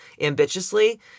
ambitiously